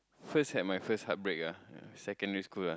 first had my first heartbreak ah ya secondary school la